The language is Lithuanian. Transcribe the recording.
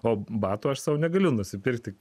o batų aš sau negaliu nusipirkti